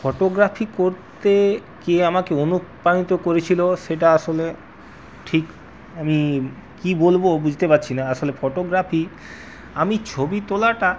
photography করতে কে আমাকে অনুপ্রাণিত করেছিলো সেটা আসলে ঠিক আমি কি বলবো বুঝতে পারছি না আসলে ফটোগ্রাফি আমি ছবি তোলাটা